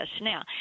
Now